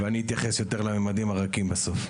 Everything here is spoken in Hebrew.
ואני אתייחס יותר לממדים הרכים בסוף.